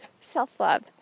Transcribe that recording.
self-love